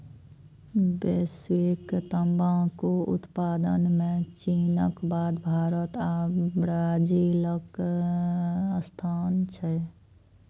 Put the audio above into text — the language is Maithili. वैश्विक तंबाकू उत्पादन मे चीनक बाद भारत आ ब्राजीलक स्थान छै